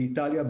באיטליה,